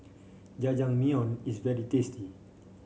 jajangmyeon is very tasty